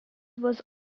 was